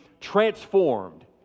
transformed